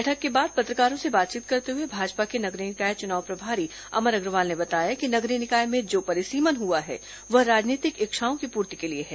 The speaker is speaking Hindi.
बैठक के बाद पत्रकारों से बातचीत करते हुए भाजपा के नगरीय निकाय चुनाव प्रभारी अमर अग्रवाल ने बताया कि नगरीय निकाय में जो परिसीमन हुआ है वह राजनीतिक इच्छाओं की पूर्ति के लिए है